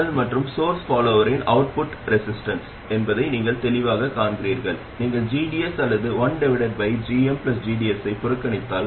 நான் பயாஸ் ரெசிஸ்டர்களான R1 மற்றும் R2ஐ எளிமைக்காக தவிர்த்துவிடுவேன் மேலும் அனைத்து மின்தேக்கிகளும் ஷார்ட் சர்க்யூட்கள் என்று கருதுகிறேன்